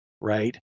right